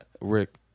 Rick